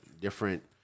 different